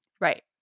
Right